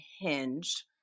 Hinge